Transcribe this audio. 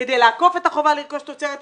כדי לעקוף את החובה לרכוש תוצרת ישראל,